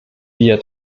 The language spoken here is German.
wir